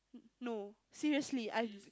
no seriously I